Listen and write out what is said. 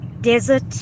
desert